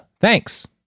Thanks